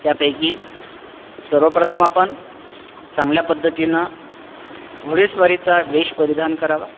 त्यापैकी सर्वप्रथम आपण चांगल्या पद्धतीनं घोडेस्वारीचा वेष परिधान करावा